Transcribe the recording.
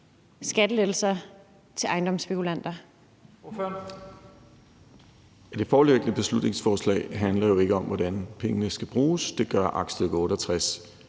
skattelettelser til ejendomsspekulanter?